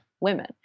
women